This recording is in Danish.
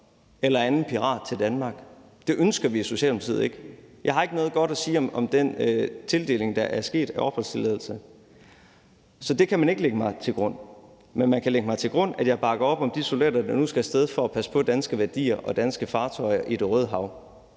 nogen anden pirat til Danmark. Det ønsker vi i Socialdemokratiet ikke. Jeg har ikke noget godt at sige om den tildeling af opholdstilladelse, der er sket, så det kan man ikke lægge mig til last, men man kan lægge mig til last, at jeg bakker op om de soldater, der nu skal af sted for at passe på danske værdier og danske fartøjer i Det Røde Hav,